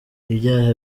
ibyaha